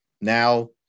now